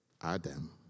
Adam